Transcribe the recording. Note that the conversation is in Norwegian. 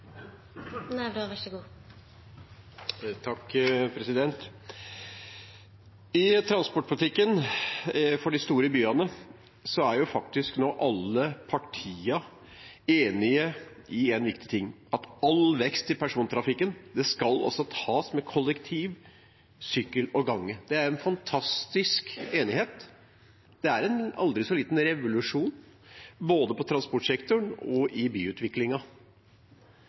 I transportpolitikken for de store byene er faktisk alle partiene nå enig i en viktig ting, at all vekst i persontrafikken skal tas med kollektiv, sykkel og gange. Det er en fantastisk enighet. Det er en aldri så liten revolusjon – både i transportsektoren og i